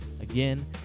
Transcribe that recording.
Again